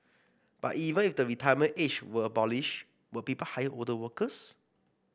but even if the retirement age were abolished would people hire older workers